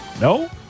No